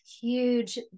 huge